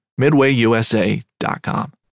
MidwayUSA.com